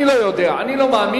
אני לא יודע, אני לא מאמין.